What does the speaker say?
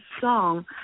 song